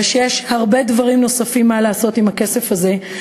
ויש הרבה דברים נוספים לעשות עם הכסף הזה,